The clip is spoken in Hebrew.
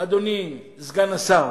אדוני סגן השר,